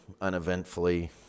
uneventfully